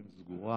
שהרשימה סגורה.